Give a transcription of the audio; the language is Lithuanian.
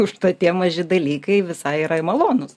užtat tie maži dalykai visai yra malonūs